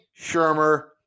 Shermer